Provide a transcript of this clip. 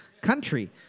country